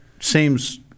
seems